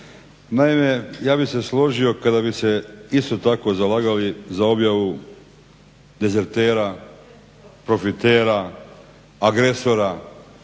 Naime, ja bih se složio kada bi se isto tako zalagali za objavu dezertera, profitera, agresora,